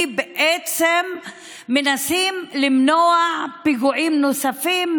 כי מנסים למנוע פיגועים נוספים,